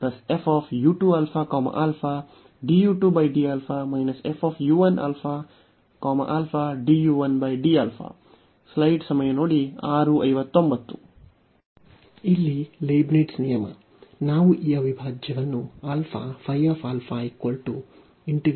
ಇಲ್ಲಿ ಲೀಬ್ನಿಟ್ಜ್ ನಿಯಮ ನಾವು ಈ ಅವಿಭಾಜ್ಯವನ್ನು alpha